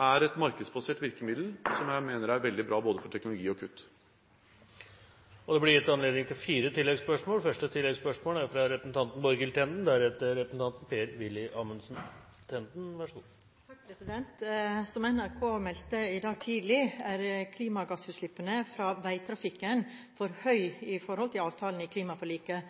er et markedsbasert virkemiddel som jeg mener er veldig bra både for teknologi og kutt. Det blir gitt anledning til fire oppfølgingsspørsmål – først Borghild Tenden. Som NRK meldte i dag tidlig, er klimagassutslippene fra veitrafikken for høy i forhold til avtalen i klimaforliket.